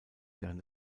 während